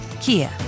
Kia